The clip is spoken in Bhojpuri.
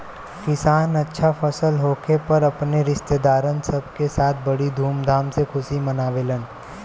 किसान अच्छा फसल होखे पर अपने रिस्तेदारन सब के साथ बड़ी धूमधाम से खुशी मनावेलन